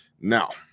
Now